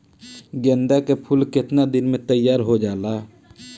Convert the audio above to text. गेंदा के फूल केतना दिन में तइयार हो जाला?